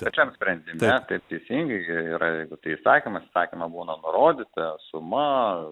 pačiam sprendime taip teisingai ir yra jeigu tai įsakymas įsakyme būna nurodyta suma